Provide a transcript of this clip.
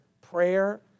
prayer